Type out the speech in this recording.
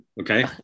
okay